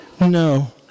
no